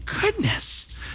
goodness